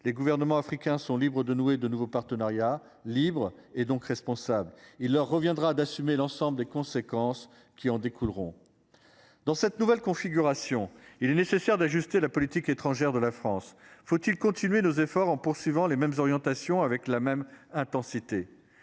les gouvernements africains. Sont libres de nouer de nouveaux partenariats libre et donc responsable il leur reviendra d'assumer l'ensemble des conséquences qui en découleront. Dans cette nouvelle configuration, il est nécessaire d'ajuster la politique étrangère de la France, faut-il continuer nos efforts en poursuivant les mêmes orientations avec la même intensité.